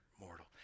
mortal